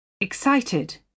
excited